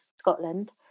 Scotland